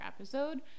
episode